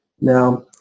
Now